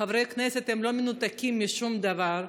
חברי הכנסת לא מנותקים משום דבר,